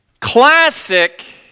classic